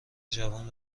جوان